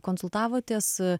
konsultavotės su